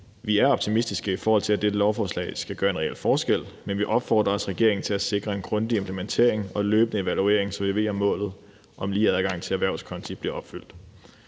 Vi er optimistiske, i forhold til at dette lovforslag skal gøre en reel forskel, men vi opfordrer også regeringen til at sikre en grundig implementering og løbende evaluering, så vi ved, om målet om lige adgang til erhvervskonti bliver opfyldt.